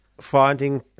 finding